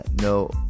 No